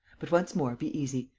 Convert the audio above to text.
but, once more, be easy.